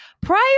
prior